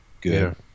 good